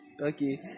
okay